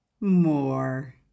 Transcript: more